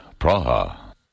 Praha